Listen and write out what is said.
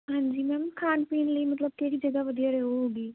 ਹਾਂਜੀ ਮੈਮ ਖਾਣ ਪੀਣ ਲਈ ਮਤਲਬ ਕਿਹੜੀ ਜਗ੍ਹਾ ਵਧੀਆ ਰਹੁੰਗੀ